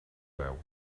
veu